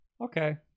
okay